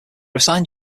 assigned